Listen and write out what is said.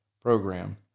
program